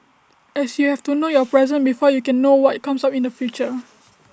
as you have to know your present before you can know what comes up in the future